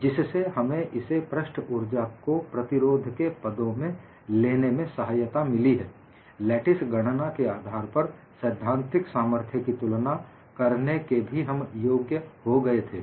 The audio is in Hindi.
जिससे हमें इसे पृष्ठ ऊर्जा को प्रतिरोध के पदों में लेने में सहायता मिली है लेटिस गणना के आधार पर सैद्धांतिक सामर्थ्य की तुलना करने के भी हम योग्य हो गए थे